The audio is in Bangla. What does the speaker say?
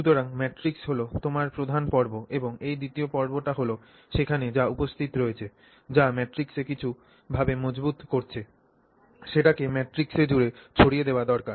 সুতরাং ম্যাট্রিক্স হল তোমার প্রধান পর্ব এবং এই দ্বিতীয় পর্বটি হল সেখানে যা উপস্থিত রয়েছে যা ম্যাট্রিক্সকে কিছু ভাবে মজবুত করছে সেটাকে ম্যাট্রিক্স জুড়ে ছড়িয়ে দেওয়া দরকার